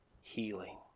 healing